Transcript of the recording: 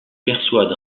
persuade